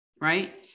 right